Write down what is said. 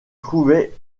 trouvait